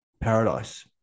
Paradise